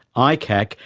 icac,